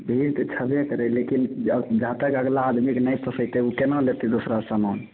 भीड़ तऽ छबे करै लेकिन घाटा जे अगला आदमीके नहि पोसैतै ओ केना लेतै दोसरासँ समान